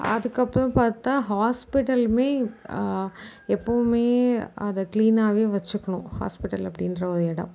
அதுக்கப்புறோம் பார்த்தா ஹாஸ்பிட்டலுமே எப்பவுமே அதை கிளீனாகவே வச்சுக்கணும் ஹாஸ்பிட்டல் அப்படின்ற ஒரு இடோம்